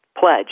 pledge